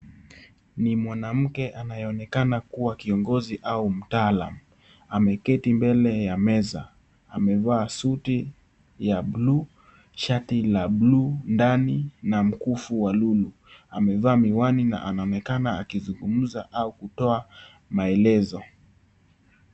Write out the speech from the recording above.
Ni mwanamke anayeonekana kuwa kiongozi au mtaalam, ameketi mbele ya meza, amevaa suti, ya (cs)blue(cs), shati la (cs)blue(cs), ndani, na mkufu wa lulu, amevaa miwani na anaonekana akizungumza au kutoa, maelezo.